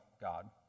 God